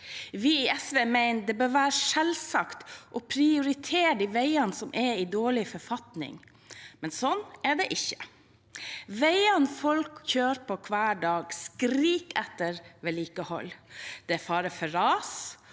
Vi i SV mener det bør være selvsagt å prioritere de veiene som er i dårlig forfatning, men sånn er det ikke. Veiene folk kjører på hver dag, skriker etter vedlikehold. Det er fare for ras,